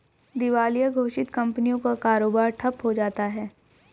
दिवालिया घोषित कंपनियों का कारोबार ठप्प हो जाता है